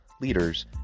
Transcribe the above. leaders